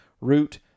root